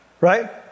Right